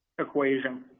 equation